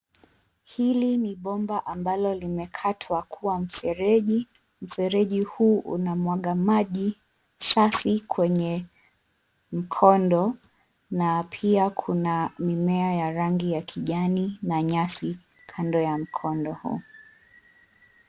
Hili ni bomba ambalo limekatwa kuwa mfereji, mfereji huu unamwaga maji safi kwenye mkondo na pia kuna mimea ya rangi ya kijani na nyasi kando ya mkondo huu.